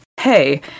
hey